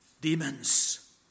demons